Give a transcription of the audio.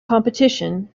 competition